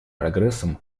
прогрессом